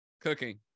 Cooking